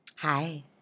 Hi